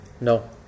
No